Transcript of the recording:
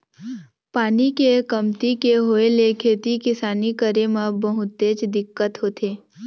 पानी के कमती के होय ले खेती किसानी करे म बहुतेच दिक्कत होथे